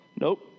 Nope